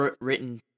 written